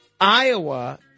Iowa